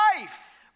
life